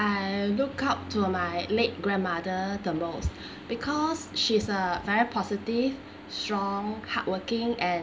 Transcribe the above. I look up to my late grandmother the most because she's a very positive strong hardworking and